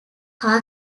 are